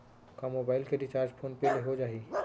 का मोबाइल के recharge PhonePe ले हो जाही?